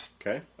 Okay